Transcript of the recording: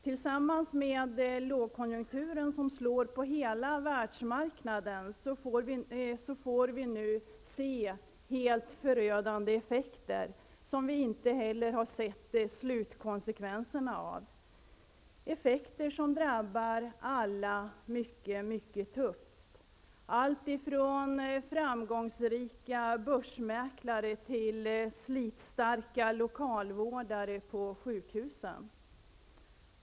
Tillsammans med lågkonjunkturen som slår på hela världsmarknaden, får vi nu helt förödande effekter, som vi inte heller sett slutkonsekvenserna av. Det är effekter som drabbar alla mycket tungt -- alltifrån framgångsrika börsmäklare till slitstarka lokalvårdare på sjukhusen.